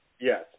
Yes